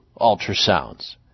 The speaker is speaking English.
ultrasounds